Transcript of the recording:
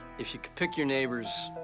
if you could pick your neighbors,